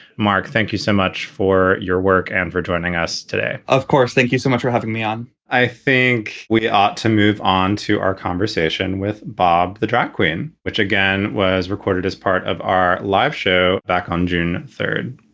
mark, thank you so much for your work and for joining us today. of course. thank you so much for having me on. i think we ought to move on to our conversation with bob. the jack quinn, which again, was recorded as part of our live show back on june three